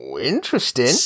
interesting